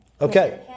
Okay